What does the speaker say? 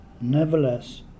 Nevertheless